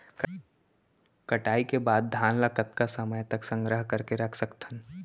कटाई के बाद धान ला कतका समय तक संग्रह करके रख सकथन?